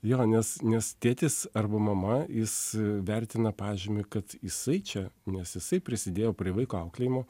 jo nes nes tėtis arba mama jis vertina pažymį kad jisai čia nes jisai prisidėjo prie vaiko auklėjimo